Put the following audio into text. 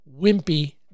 wimpy